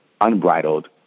unbridled